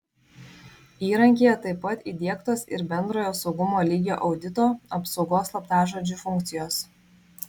įrankyje taip pat įdiegtos ir bendrojo saugumo lygio audito apsaugos slaptažodžiu funkcijos